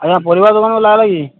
ଆଜ୍ଞା ପରିବା ଦୋକାନକୁ ଲାଗଲା କି